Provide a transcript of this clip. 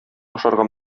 ашарга